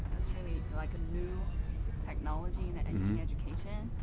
it's really like a new technology. and and yeah education.